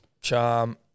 Charm